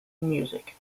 music